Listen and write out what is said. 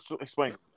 Explain